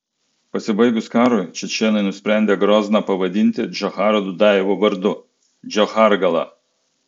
pasibaigus karui čečėnai nusprendę grozną pavadinti džocharo dudajevo vardu džochargala